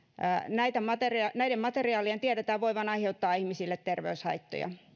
näiden materiaalien tiedetään voivan aiheuttaa ihmisille terveyshaittoja